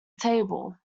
table